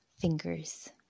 Fingers